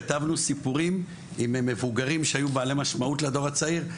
כתבנו סיפורים עם מבוגרים שהיו בעלי משמעות לדור הצעיר,